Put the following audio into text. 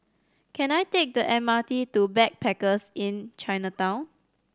can I take the M R T to Backpackers Inn Chinatown